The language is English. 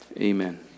Amen